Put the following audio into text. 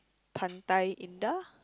Pantai-Indah